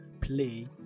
play